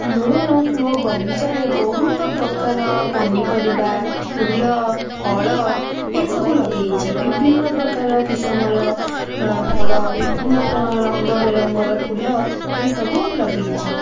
ମୁଁ ମୋ ବଗିଚାରେ ବହୁତ ପ୍ରକାର ପନିପରିବା ଫୁଲ ଫଳ ଏହିସବୁ ଲଗାଇଛି ବିଭିନ୍ନ ପ୍ରକାର କିସମର ଫଳ ବିଭିନ୍ନ ପ ରଙ୍ଗ ବେରଙ୍ଗର ଫୁଲ ଏହିସବୁ ଲଗାଇଛି